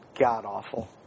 god-awful